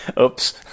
Oops